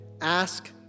ask